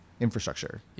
infrastructure